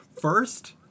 first